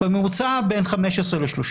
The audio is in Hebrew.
בממוצע בין 15 ל-30